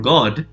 God